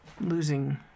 losing